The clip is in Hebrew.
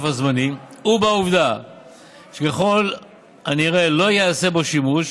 הזמני ובעובדה שככל הנראה לא ייעשה בו שימוש,